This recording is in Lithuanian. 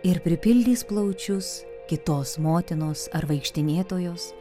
ir pripildys plaučius kitos motinos ar vaikštinėtojos